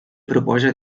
proposa